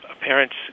parents